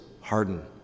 harden